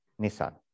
Nissan